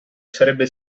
sarebbe